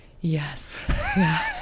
Yes